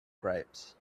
grapes